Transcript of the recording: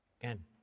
Again